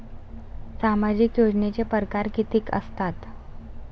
सामाजिक योजनेचे परकार कितीक असतात?